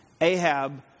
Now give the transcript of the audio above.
Ahab